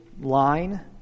line